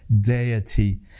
deity